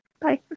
Bye